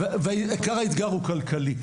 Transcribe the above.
ועיקר האתגר הוא כלכלי.